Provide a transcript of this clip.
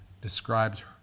describes